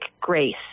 Grace